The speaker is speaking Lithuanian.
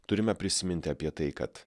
turime prisiminti apie tai kad